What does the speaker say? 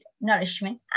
nourishment